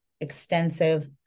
extensive